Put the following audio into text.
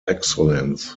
excellence